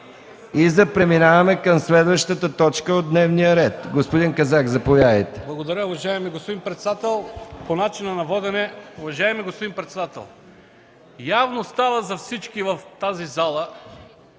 и за преминаване към следващата точка от дневния ред. Господин Казак, заповядайте. ЧЕТИН КАЗАК (ДПС): Благодаря. Уважаеми господин председател, по начина на водене. Уважаеми господин председател, явно става за всички в тази зала,